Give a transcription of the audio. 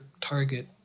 target